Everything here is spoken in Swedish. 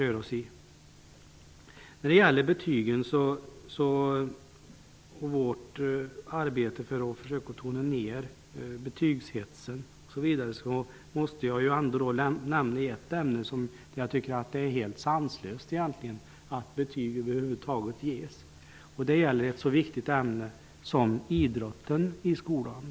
I anslutning till vår strävan att tona ned betygshetsen måste jag nämna ett ämne där jag tycker att det är helt sanslöst att man över huvud taget utdelar betyg, nämligen vad gäller den så viktiga idrotten i skolan.